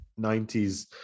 90s